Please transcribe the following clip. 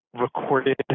recorded